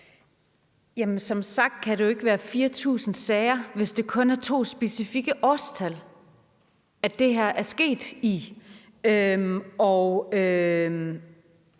(LA): Som sagt kan det jo ikke være 4.000 sager, hvis det kun drejer sig om to specifikke årstal, hvor det her er sket.